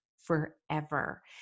forever